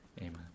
Amen